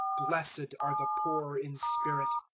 blessed are the poor in spirit,